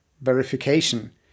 verification